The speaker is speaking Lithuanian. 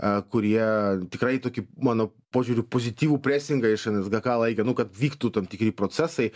a kurie tikrai tokį mano požiūriu pozityvų presingą iš nsgk laikė nu kad vyktų tam tikri procesai